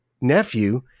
nephew